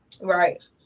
Right